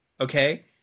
Okay